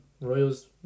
Royals